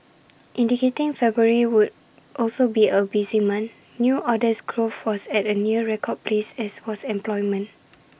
indicating February would also be A busy month new orders growth was at A near record pace as was employment